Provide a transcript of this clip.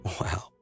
Wow